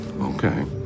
okay